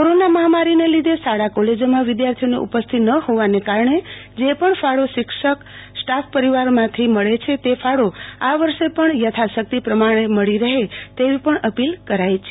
corona મહામારીને લીધે શાળા કોલેજોમાં વિદ્યાર્થીઓની ઉપસ્થિતિ ન હોવાના કારણે જે પણ ફાળો શિક્ષક સ્ટાફ પરિવારમાંથી ફરહંમેશ મળે છે તે ફાળો આ વરસે પણ યથાશક્તિ પ્રમાણે મળી રહે તેવી પણ અપીલ કરાઇ છે